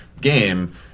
game